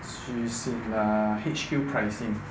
she's in uh H_Q pricing